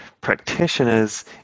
practitioners